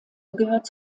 gehört